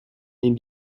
ihn